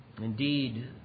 Indeed